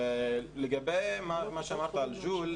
לגבי מה שאמרת על ---,